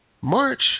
March